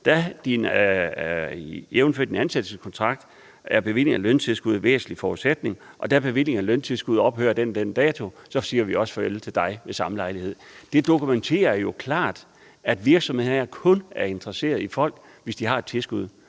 din ansættelseskontrakt er bevilling af løntilskud en væsentlig forudsætning, og da bevilling af løntilskud ophører den og den dato, siger vi også farvel til dig ved samme lejlighed. Det dokumenterer jo klart, at virksomhederne kun er interesseret i folk, hvis de har et tilskud.